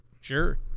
Sure